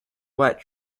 what